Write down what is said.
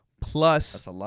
plus